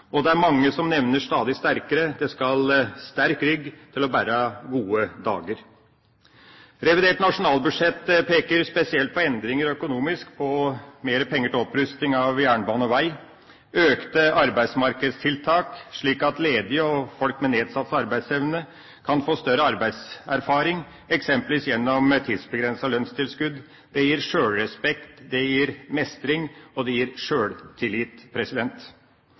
og det er mange som nevner stadig oftere at det skal sterk rygg til for å bære gode dager. Revidert nasjonalbudsjett peker spesielt på endringer økonomisk, på mer penger til opprustning av jernbane og vei og økte arbeidsmarkedstiltak, slik at ledige og folk med nedsatt arbeidsevne kan få større arbeidserfaring, eksempelvis gjennom tidsbegrensede lønnstilskudd. Det gir sjølrespekt, det gir mestring, og det gir